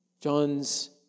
John's